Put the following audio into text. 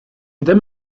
ddim